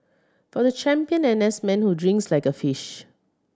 for the champion N S man who drinks like a fish